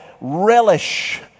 relish